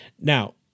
Now